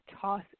Toss